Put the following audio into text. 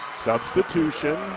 substitution